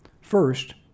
First